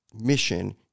mission